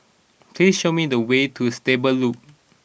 please show me the way to Stable Loop